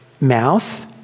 mouth